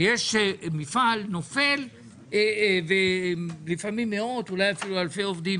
מה קורה אם מפעל נופל ולפעמים מאות ולפעמים אלפי עובדים